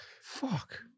Fuck